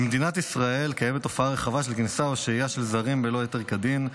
במדינת ישראל קיימת תופעה רחבה של כניסה ושהייה של זרים בלא היתר כדין.